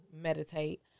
meditate